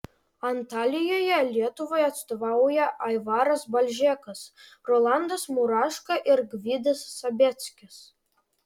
antalijoje lietuvai atstovauja aivaras balžekas rolandas muraška ir gvidas sabeckis